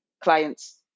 client's